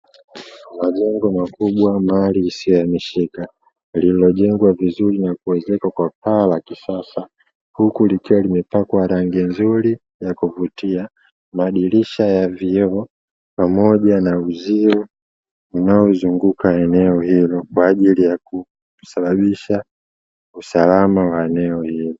Majengo makubwa, mali isiyohamishika; lililojengwa vizuri na kuezekwa kwa paa la kisasa, huku likiwa limepakwa rangi nzuri ya kuvutia, madirisha ya vioo pamoja na uzio unaozunguka eneo hilo, kwa ajili ya kusababisha usalama wa eneo hilo.